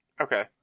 Okay